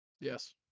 yes